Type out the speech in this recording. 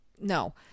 no